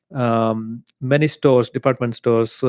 um many stores, department stores, so